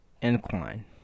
incline